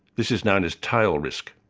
this is known as tail risk.